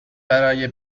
برای